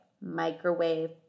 microwave